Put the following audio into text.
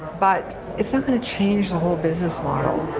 but it's not going to change the whole business model,